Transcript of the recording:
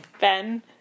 Ben